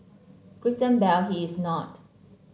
Christian Bale he is not